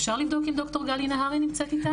אפשר לבדוק אם ד"ר גלי נהרי נמצאת איתנו?